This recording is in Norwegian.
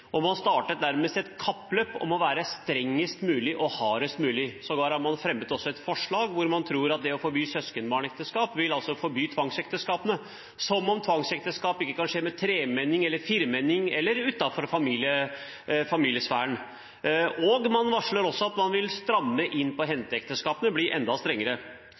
regjering. Man startet nærmest et kappløp om å være strengest mulig og hardest mulig. Sågar har man fremmet et forslag hvor man tror at det å forby søskenbarnekteskap vil forby tvangsekteskap, som om tvangsekteskap ikke kan skje med tremenning eller firmenning eller utenfor familiesfæren. Man varsler også om at man vil stramme inn på henteekteskapene og bli enda strengere.